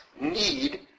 need